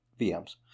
VMs